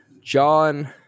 John